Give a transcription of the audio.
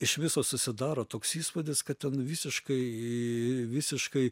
iš viso susidaro toks įspūdis kad ten visiškai visiškai